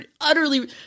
utterly